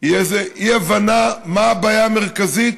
היא אי-הבנה של הבעיה המרכזית.